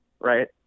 right